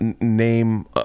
name